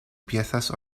piezas